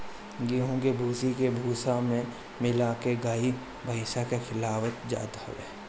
गेंहू के भूसी के भूसा में मिला के गाई भाईस के खियावल जात हवे